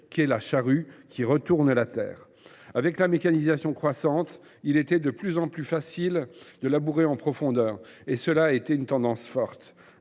était la charrue, qui retourne la terre. Avec la mécanisation croissante, il devint de plus en plus facile de labourer en profondeur, ce qui est devenu une tendance forte.